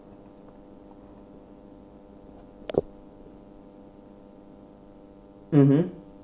mmhmm